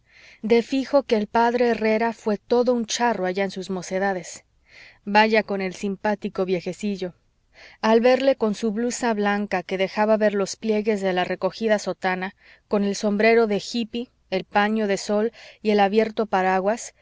de fijo que el p herrera fué todo un charro allá en sus mocedades vaya con el simpático viejecillo al verle con su blusa blanca que dejaba ver los pliegues de la recogida sotana con el sombrero de jipi el paño de sol y el abierto paraguas